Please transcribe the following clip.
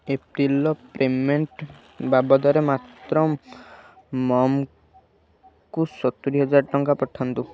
ଏପ୍ରିଲର payment ବାବଦରେ ମାତ୍ର ମମ୍କୁ ସତୁରୀ ହଜାର ଟଙ୍କା ପଠାନ୍ତୁ